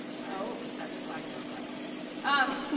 so that's a black sails reference um,